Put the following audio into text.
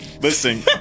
Listen